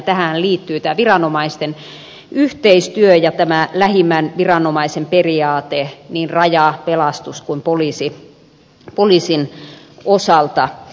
tähänhän liittyy viranomaisten yhteistyö ja lähimmän viranomaisen periaate niin rajan pelastuksen kuin poliisin osalta